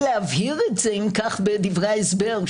כדאי להבהיר את זה בדברי ההסבר,